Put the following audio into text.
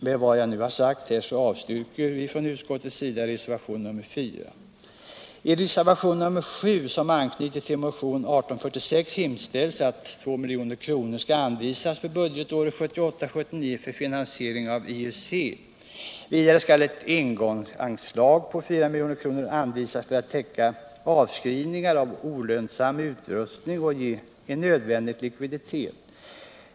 Med det här sagda avstyrker utskottet reservationen 4. I reservationen 7, som anknyter till motionen 1846, hemställs att 2 milj.kr. skall anvisas för budgetåret 1978/79 för finansiering av IUC. Vidare skall ett engångsanslag på 4 milj.kr. anvisas för att täcka avskrivningar av olönsam utrustning och ge en nödvändig likviditet.